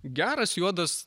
geras juodas